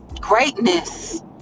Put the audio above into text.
greatness